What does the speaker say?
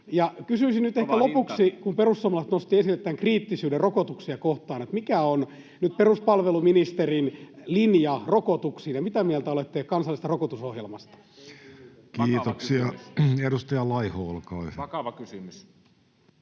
Kysyisin nyt ehkä lopuksi, kun perussuomalaiset nostivat esille tämän kriittisyyden rokotuksia kohtaan: mikä on nyt peruspalveluministerin linja rokotuksissa, ja mitä mieltä olette kansallisesta rokotusohjelmasta? [Keskustan ryhmästä: Vakava kysymys!]